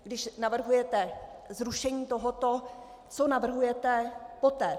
Když navrhujete zrušení tohoto, co navrhujete poté?